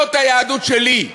זאת היהדות שלי,